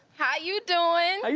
how you doin'?